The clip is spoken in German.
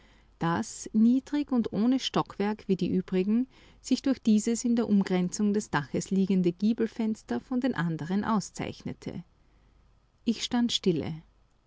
das niedrig und ohne stockwerk wie die übrigen sich durch dieses in der umgrenzung des daches liegende giebelfenster vor den andern auszeichnete ich stand stille